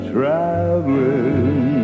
Traveling